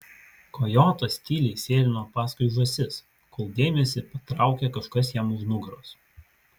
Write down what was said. kojotas tyliai sėlino paskui žąsis kol dėmesį patraukė kažkas jam už nugaros